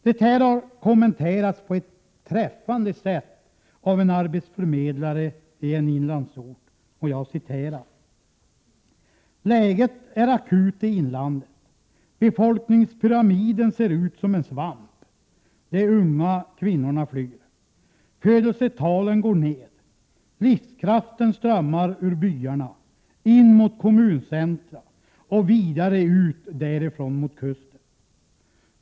Det har på ett träffande sätt kommenterats av en arbetsförmedlare i en inlandsort: Läget är akut i inlandet. Befolkningspyramiden ser ut som en svamp, de unga kvinnorna flyr. Födelsetalen går ned, livskraften strömmar ur byarna, in mot kommuncentra och vidare ut därifrån mot kusten.